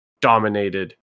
dominated